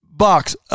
Box